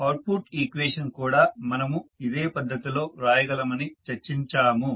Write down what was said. output equation కూడా మనము ఇదే పద్ధతిలో వ్రాయగలమని చర్చించాము